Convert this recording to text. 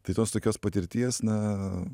tai tos tokios patirties na